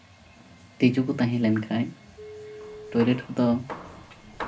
ᱛᱤᱡᱩ ᱠᱚ ᱛᱟᱦᱮᱸ ᱞᱮᱱᱠᱷᱟᱡ ᱴᱚᱭᱞᱮᱴ ᱨᱮᱫᱚ